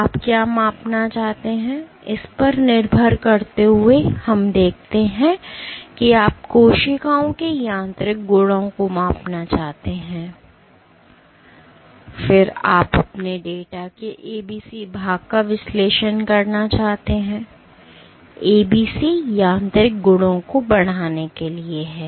तो आप क्या मापना चाहते हैं इस पर निर्भर करते हुए आइए हम कहते हैं कि आप कोशिकाओं के यांत्रिक गुणों को मापना चाहते हैं फिर आप अपने डेटा के ABC भाग का विश्लेषण करना चाहते हैं ABC यांत्रिक गुणों को बढ़ाने के लिए है